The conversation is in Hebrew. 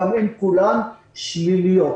וגם הן כולן שליליות,